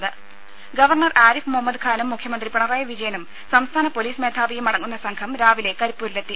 രുമ ഗവർണർ ആരിഫ് മുഹമ്മദ് ഖാനും മുഖ്യമന്ത്രി പിണറായി വിജയനും സംസ്ഥാന പൊലീസ് മേധാവിയും അടങ്ങുന്ന സംഘം രാവിലെ കരിപ്പൂരിലെത്തി